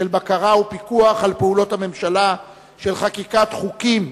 של בקרה ופיקוח על פעולות הממשלה, של חקיקת חוקים,